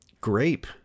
grape